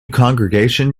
congregation